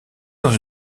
dans